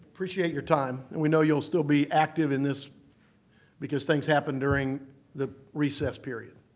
appreciate your time. and we know you'll still be active in this because things happen during the recess period.